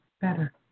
better